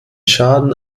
schaden